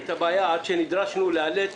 נדרשנו לאלץ